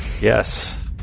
Yes